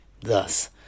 Thus